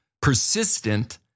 persistent